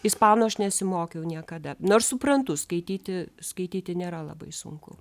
ispanų aš nesimokiau niekada nors suprantu skaityti skaityti nėra labai sunku